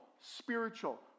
spiritual